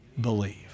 believe